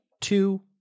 two